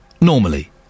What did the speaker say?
normally